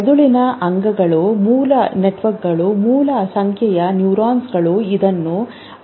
ಮೆದುಳಿನ ಅಂಗಗಳು ಮೂಲ ನೆಟ್ವರ್ಕ್ಗಳು ಮೂಲ ಸಂಖ್ಯೆಯ ನ್ಯೂರಾನ್ಗಳು ಇದನ್ನು ತಳೀಯವಾಗಿ ಮಾರ್ಪಡಿಸುತ್ತವೆ